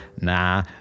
nah